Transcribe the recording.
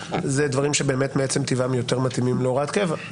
אלה דברים שבאמת מעצם טבעם יותר מתאימים להוראת קבע.